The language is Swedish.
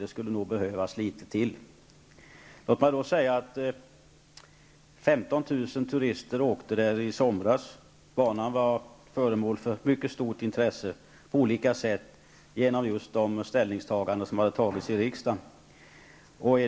Det skulle nog behövas litet till. Banan var föremål för ett mycket stort intresse på olika sätt på grund av de ställningstaganden som förekommit i riksdagen.